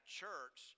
church